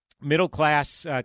middle-class